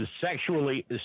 Sexually